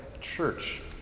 church